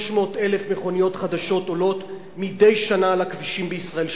300,000 מכוניות חדשות עולות מדי שנה על הכבישים בישראל.